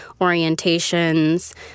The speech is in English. orientations